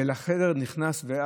ולחדר נכנס,